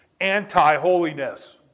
anti-holiness